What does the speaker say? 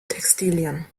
textilien